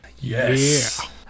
Yes